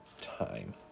time